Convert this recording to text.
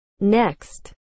Next